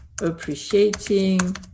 Appreciating